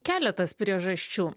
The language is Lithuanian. keletas priežasčių